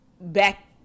back